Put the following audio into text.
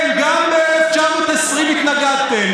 כן, גם ב-1920 התנגדתם.